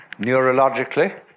Neurologically